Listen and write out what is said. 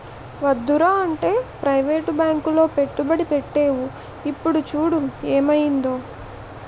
వద్దురా అంటే ప్రవేటు బాంకులో పెట్టుబడి పెట్టేవు ఇప్పుడు చూడు ఏమయిందో